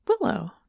Willow